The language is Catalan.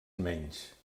menys